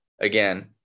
Again